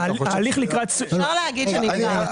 אפשר להגיד שהוא נגמר.